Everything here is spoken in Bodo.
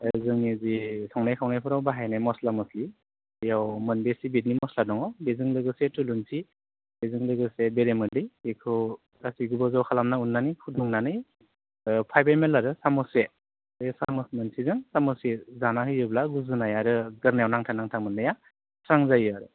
जोंनि जि संनाय खावनायफोराव बाहायनाय मस्ला मस्लि बेयाव मोनसे बिदि मस्ला दङ बेजों लोगोसे थुलुन्सि बेजों लोगोसे बेरे मोदै बेखौ गासैखौबो ज' खालामना उन्नानै फुदुंनानै फाइभ एमएल आरो सामस से बे सामस मोनसेजों सामस से जाना होयोब्ला गुजुनाय आरो गोरनायाव नांथा नांथा मोन्नाया स्रां जायो आरो